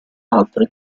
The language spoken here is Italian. altre